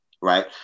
right